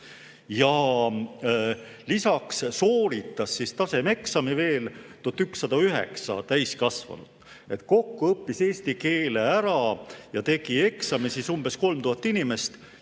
Lisaks sooritas tasemeeksami veel 1109 täiskasvanut. Kokku õppis eesti keele ära ja tegi eksami umbes 3000 inimest.